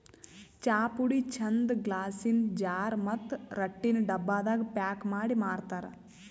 ಚಾಪುಡಿ ಚಂದ್ ಗ್ಲಾಸಿನ್ ಜಾರ್ ಮತ್ತ್ ರಟ್ಟಿನ್ ಡಬ್ಬಾದಾಗ್ ಪ್ಯಾಕ್ ಮಾಡಿ ಮಾರ್ತರ್